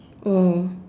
oh